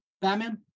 Batman